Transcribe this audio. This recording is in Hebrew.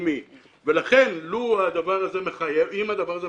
ולכן, אם הדבר הזה מחייב,